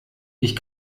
ich